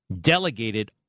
delegated